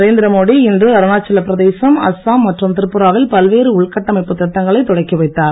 நரேந்திரமோடி இன்று அருணாச்சல பிரதேசம் அஸ்ஸாம் மற்றும் திரிபுராவில் பல்வேறு உள்கட்டமைப்புத் திட்டங்களை தொடக்கி வைத்தார்